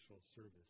service